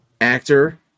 actor